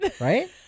right